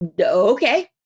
okay